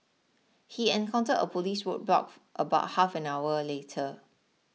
he encountered a police roadblock about half an hour later